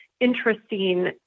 interesting